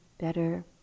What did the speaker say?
better